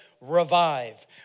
Revive